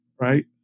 right